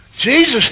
Jesus